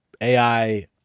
AI